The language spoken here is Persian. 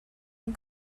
این